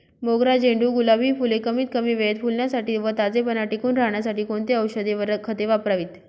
मोगरा, झेंडू, गुलाब हि फूले कमीत कमी वेळेत फुलण्यासाठी व ताजेपणा टिकून राहण्यासाठी कोणती औषधे व खते वापरावीत?